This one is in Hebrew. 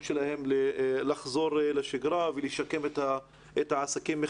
שלהם לחזור לשגרה ולשקם מחדש את העסקים,